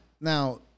Now